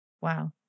Wow